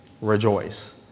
Rejoice